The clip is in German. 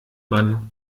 man